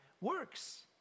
works